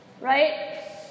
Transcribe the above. Right